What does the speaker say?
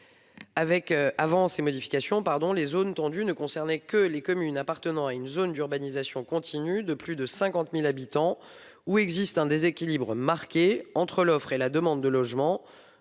Avant ces modifications, le dispositif zones tendues ne concernait que les communes appartenant à une zone d'urbanisation continue de plus de 50 000 habitants où existe un déséquilibre marqué entre l'offre et la demande de logements,